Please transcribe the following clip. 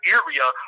area